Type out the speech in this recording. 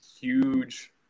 huge